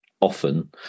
often